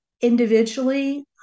individually